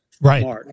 Right